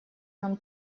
нам